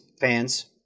fans